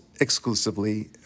exclusively